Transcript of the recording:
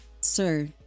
sir